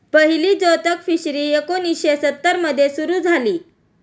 पहिली जोतक फिशरी एकोणीशे सत्तर मध्ये सुरू झाली